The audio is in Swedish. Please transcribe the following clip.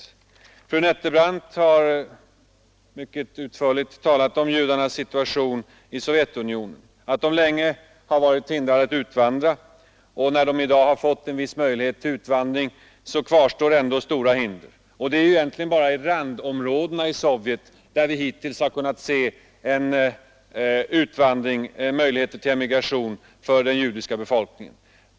Fru andre vice talmannen Nettelbrandt har mycket utförligt talat om judarnas situation i Sovjetunionen — de har länge varit hindrade att utvandra, och när de i dag har fått en viss möjlighet till utvandring kvarstår ändå stora hinder. Det är egentligen bara i randområdena av Sovjet som vi hittills har kunnat se en utvandring, en möjlighet till emigration för den judiska befolkningen.